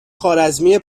خوارزمی